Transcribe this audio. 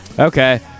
Okay